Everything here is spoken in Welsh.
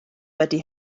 wedi